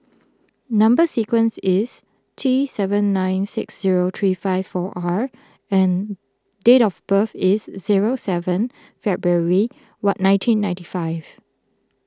Number Sequence is T seven nine six zero three five four R and date of birth is zero seven February what nineteen ninety five